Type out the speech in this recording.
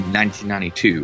1992